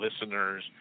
listeners